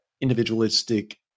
individualistic